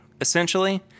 essentially